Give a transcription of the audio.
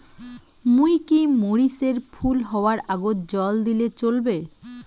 মুই কি মরিচ এর ফুল হাওয়ার আগত জল দিলে চলবে?